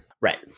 Right